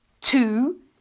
two